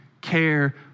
care